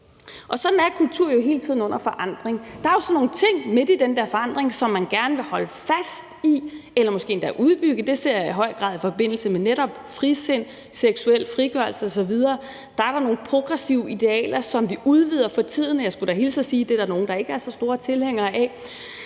sådan er kulturen hele tiden under forandring. Der er så midt i den der forandring nogle ting, som man gerne vil holde fast i eller måske endda udbygge. Det ser jeg i høj grad i forbindelse med netop frisind, seksuel frigørelse osv., altså at der er nogle progressive idealer, som vi for tiden udvider, og jeg skulle da også hilse og sige, at der er nogle, der ikke er så store tilhængere af